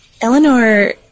Eleanor